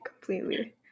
completely